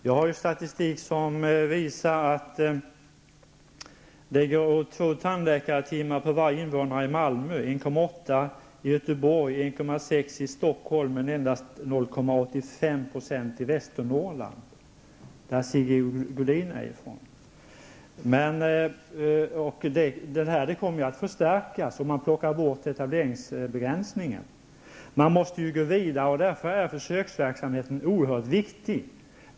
Jag har statistik som visar att det går åt två tandläkartimmar per varje invånare i 0,85 i Västernorrland, varifrån Sigge Godin kommer. Och det här kommer att förstärkas om man tar bort etableringsbegränsningen. Man måste gå vidare. Därför är försöksverksamheten oerhört viktig.